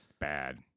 bad